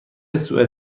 سوئد